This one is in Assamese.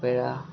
পেৰা